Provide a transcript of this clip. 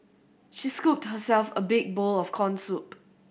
she scooped herself a big bowl of corn soup